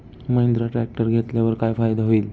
Mahindra tractor घेतल्यावर काय फायदा होईल?